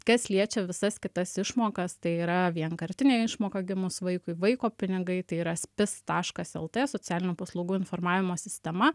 kas liečia visas kitas išmokas tai yra vienkartinė išmoka gimus vaikui vaiko pinigai tai yra spis taškas lt socialinių paslaugų informavimo sistema